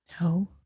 No